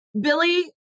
billy